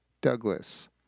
Douglas